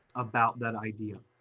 about that idea.